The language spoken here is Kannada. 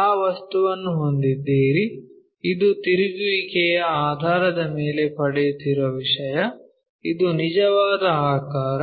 ಆ ವಸ್ತುವನ್ನು ಹೊಂದಿದ್ದೀರಿ ಇದು ತಿರುಗುವಿಕೆಯ ಆಧಾರದ ಮೇಲೆ ಪಡೆಯುತ್ತಿರುವ ವಿಷಯ ಇದು ನಿಜವಾದ ಆಕಾರ